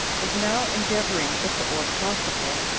was now endeavoring, if it were possible,